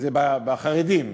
זה בחרדים,